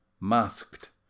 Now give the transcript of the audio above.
masked